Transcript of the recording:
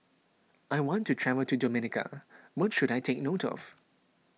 I want to travel to Dominica what should I take note of